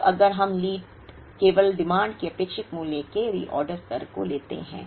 अब अगर हम लीड लेवल डिमांड के अपेक्षित मूल्य के रीऑर्डर स्तर को लेते हैं